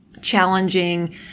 challenging